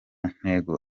ntego